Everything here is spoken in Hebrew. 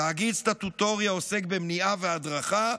תאגיד סטטוטורי העוסק בבנייה והדרכה,